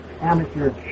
Amateur